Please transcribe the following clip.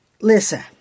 Listen